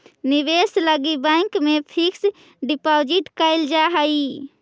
निवेश लगी बैंक में फिक्स डिपाजिट कैल जा हई